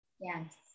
Yes